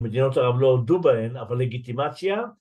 ‫מדינות ערב לא הודו בהן, ‫אבל לגיטימציה...